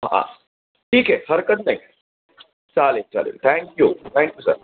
हां ठीक आहे हरकत नाही चालेल चालेल थँक्यू थँक्यू सर